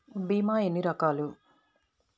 భీమ ఎన్ని రకాలు?